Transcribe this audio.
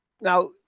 Now